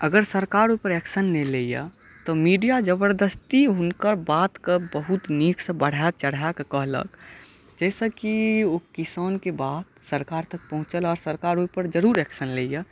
अगर सरकार ओहिपर एकशन नहि लैया तँ मीडिया जबरदस्ती हुनकर बातके बहुत नीकसॅं बढ़ा चढ़ाके कहलक जाहिसॅं कि ओ किसानके बात सरकार तक पहुँचल आ सरकार ओहिपर जरूर एकशन लैया